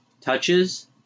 touches